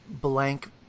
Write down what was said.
blank